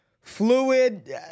fluid